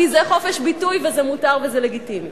כי זה חופש ביטוי וזה מותר וזה לגיטימי.